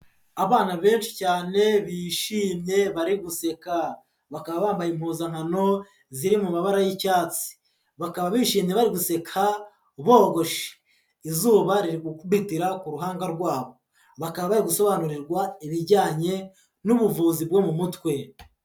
Abana benshi cyane, bishimye bari guseka. Bakaba bambaye impuzankano ziri mu mabara y'icyatsi. Bakaba bishimye bari guseka, bogoshe. Izuba riri gukubitira ku ruhanga rwabo. Bakaba bari gusobanurirwa ibijyanye n'ubuvuzi bwo mu mutwe.